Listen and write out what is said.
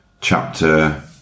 chapter